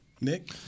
Nick